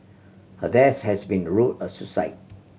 her death has been ruled a suicide